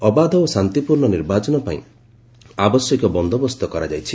ଅବାଧ ଓ ଶାନ୍ତିପୂର୍ଣ୍ଣ ନିର୍ବାଚନ ପାଇଁ ଆବଶ୍ୟକୀୟ ବନ୍ଦୋବସ୍ତ ଗ୍ରହଣ କରାଯାଇଛି